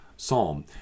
Psalm